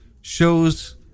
shows